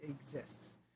exists